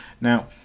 now